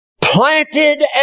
planted